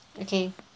okay